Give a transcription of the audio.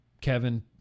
Kevin